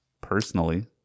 personally